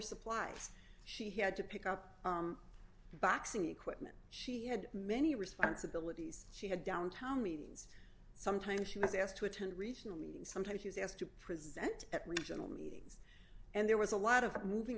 supplies she had to pick up boxing equipment she had many responsibilities she had downtown meetings sometimes she was asked to attend regional meetings sometimes she was asked to present at regional meetings and there was a lot of moving